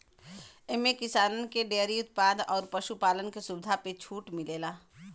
एम्मे किसानन के डेअरी उत्पाद अउर पशु पालन के सुविधा पे छूट मिलेला